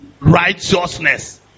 righteousness